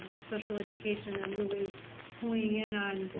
special education. and really honing in on